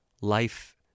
life